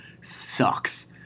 sucks